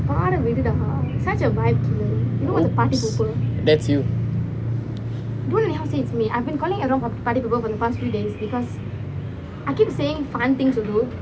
!oops! that's you